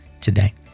today